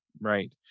right